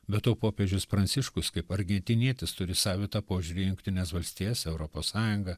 be to popiežius pranciškus kaip argentinietis turi savitą požiūrį į jungtines valstijas europos sąjungą